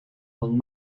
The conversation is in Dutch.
van